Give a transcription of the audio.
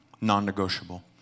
non-negotiable